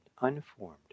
unformed